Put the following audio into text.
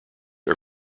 are